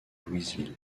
louisville